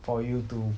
for you to